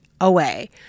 away